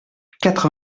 quatre